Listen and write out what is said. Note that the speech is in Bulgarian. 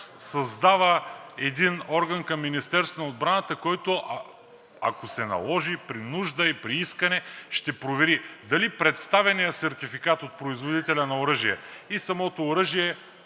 създава един орган към Министерството на отбраната, който, ако се наложи, при нужда и при искане ще провери дали представеният сертификат от производителя на оръжие и самото оръжие